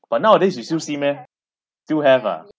but nowadays you still meh still have ah